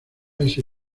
ese